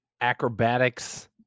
acrobatics